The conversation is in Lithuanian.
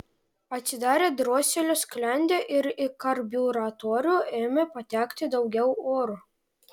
atsidarė droselio sklendė ir į karbiuratorių ėmė patekti daugiau oro